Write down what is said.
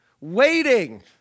waiting